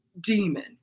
demon